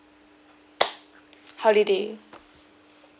holiday